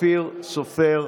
ואופיר סופר.